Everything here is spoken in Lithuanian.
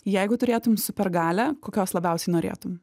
jeigu turėtum supergalią kokios labiausiai norėtum